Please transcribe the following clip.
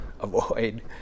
avoid